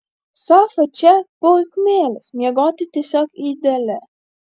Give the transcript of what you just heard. sofa čia puikumėlis miegoti tiesiog ideali